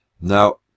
Now